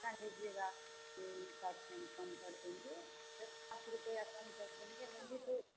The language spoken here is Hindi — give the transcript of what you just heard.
कितना लीजिएगा तीन पर्सेंट कम कर देंगे साठ रुपया कम कर देंगे हम भी तो